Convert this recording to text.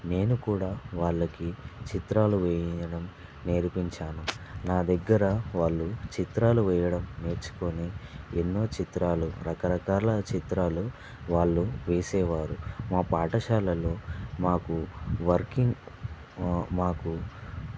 నేనుకూడా వాళ్ళకి చిత్రాలు వెయ్యడం నేర్పించాను నా దగ్గర వాళ్ళు చిత్రాలు వెయ్యడం నేర్చుకుని ఎన్నో చిత్రాలు రకరకాల చిత్రాలు వాళ్ళు వేసేవారు మా పాఠశాలలో మాకు వర్కింగ్ మాకు